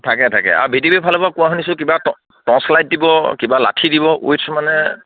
থাকে থাকে আৰু ভি ডি পিৰ ফালৰ পৰাও কোৱা শুনিছোঁ কিবা টৰ্চ লাইট দিব কিবা লাঠি দিব উইথ মানে